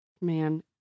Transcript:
Man